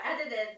edited